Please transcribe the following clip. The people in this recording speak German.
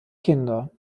kinder